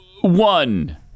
one